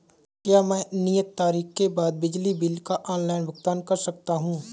क्या मैं नियत तारीख के बाद बिजली बिल का ऑनलाइन भुगतान कर सकता हूं?